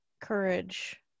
courage